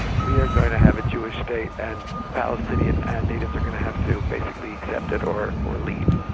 we are going to have a jewish state and palestinian and natives are going to have to basically accept it or or leave.